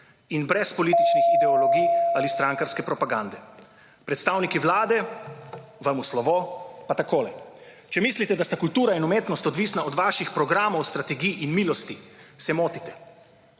in brez političnih ideologij ali strankarske propagande. / znak za konec razprave/ Predstavniki vlade, vam v slovo pa takole: če mislite, da sta kultura in umetnost odvisna od vaših programov, strategij in milosti, se motite.